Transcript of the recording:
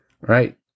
Right